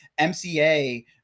mca